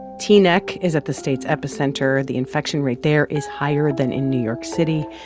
teaneck is at the state's epicenter. the infection rate there is higher than in new york city.